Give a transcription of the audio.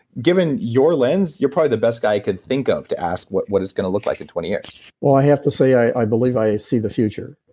given your lens, you're probably the best guy i could think of to ask what what it's going to look like in twenty year well, i have to say i believe i see the future,